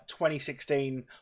2016